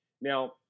Now